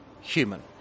human